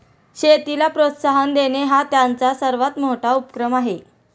शेतीला प्रोत्साहन देणे हा त्यांचा सर्वात मोठा उपक्रम आहे